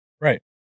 Right